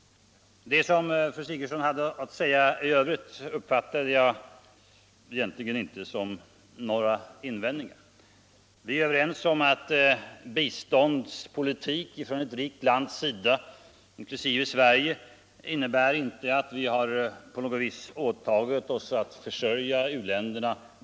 Det som fru Sigurdsen hade att säga i övrigt uppfattade jag egentligen inte som några invändningar. Vi är överens om att biståndspolitiken från ett rikt land, såsom Sverige, inte innebär att vi på något sätt har åtagit oss att försörja u-länderna.